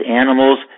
animals